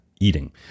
eating